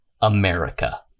America